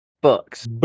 books